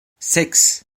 six